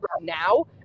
now